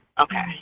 okay